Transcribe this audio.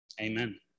Amen